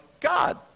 God